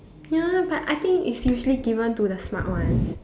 ya but I think it's usually given to the smart ones